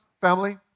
family